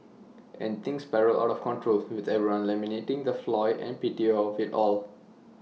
and things spiral out of control with everyone lamenting the folly and pity of IT all